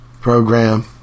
program